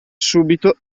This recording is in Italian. subito